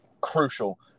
crucial